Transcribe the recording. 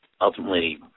ultimately